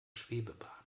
schwebebahn